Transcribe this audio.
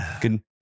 good